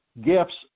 gifts